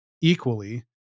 equally